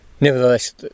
Nevertheless